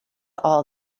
all